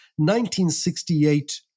1968